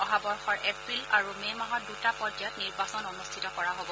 অহা বৰ্ষৰ এপ্ৰিল আৰু মে' মাহত দুটা পৰ্যায়ত নিৰ্বাচন অনুষ্ঠিত কৰা হ'ব